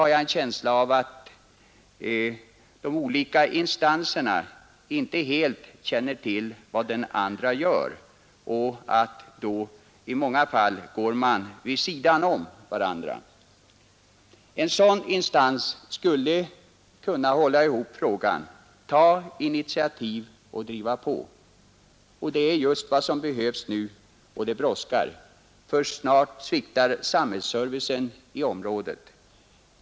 Jag har en känsla av att den ena instansen stundom inte känner till vad den andra gör och att man då i många fall går vid sidan om varandra. En sådan instans skulle kunna hålla ihop frågan, ta initiativ och driva på, och det är just vad som behövs nu. Det brådskar, ty snart sviktar samhällsservicen i området.